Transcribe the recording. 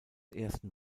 ersten